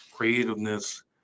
Creativeness